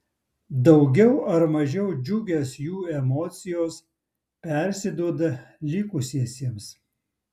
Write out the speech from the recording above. daugiau ar mažiau džiugios jų emocijos persiduoda likusiesiems